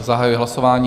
Zahajuji hlasování.